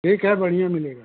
ठीक है बढ़िया मिलेगा